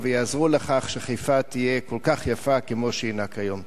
ויעזרו לכך שחיפה תהיה כל כך יפה כמו שהיא כיום.